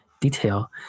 detail